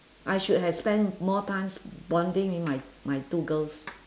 I should have spend more times bonding with my my two girls